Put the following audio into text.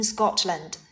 Scotland